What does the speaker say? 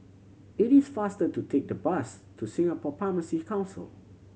it is faster to take the bus to Singapore Pharmacy Council